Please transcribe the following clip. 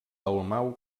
dalmau